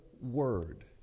word